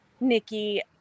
Nikki